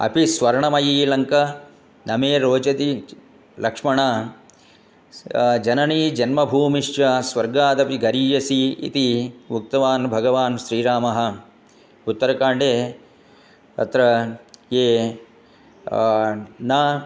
अपि स्वर्णमयी लङ्का नमे रोचते लक्ष्मण जननी जन्मभूमिश्च स्वर्गादपि गरीयसी इति उक्तवान् भगवान् श्रीरामः उत्तरकाण्डे अत्र ये न